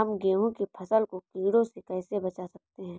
हम गेहूँ की फसल को कीड़ों से कैसे बचा सकते हैं?